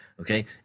okay